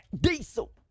Diesel